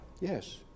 Yes